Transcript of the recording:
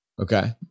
Okay